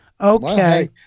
okay